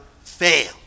fail